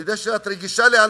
אני יודע שאת רגישה לאנשים